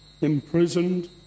imprisoned